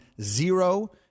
zero